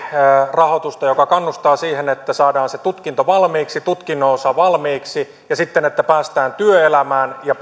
rahoitusta joka kannustaa siihen että saadaan se tutkinto valmiiksi tutkinnon osa valmiiksi ja että sitten päästään työelämään ja